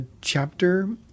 chapter